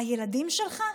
הילדים שלך?